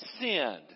sinned